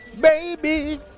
baby